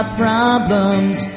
problems